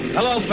Hello